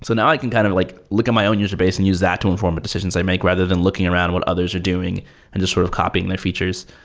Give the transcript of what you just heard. so now i can kind of like look at my own user base and use that to inform the decisions i make rather than looking around what others are doing and just sort of copying their features.